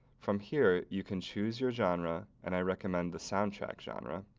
from here, you can choose your genre, and i recommend the soundtrack genre.